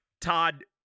Todd